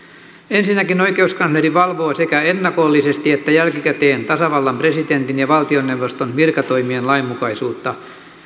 ensinnäkin oikeuskansleri valvoo sekä ennakollisesti että jälkikäteen tasavallan presidentin ja valtioneuvoston virkatoimien lainmukaisuutta